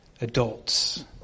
adults